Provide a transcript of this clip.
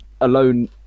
alone